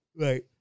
Right